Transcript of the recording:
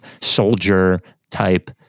soldier-type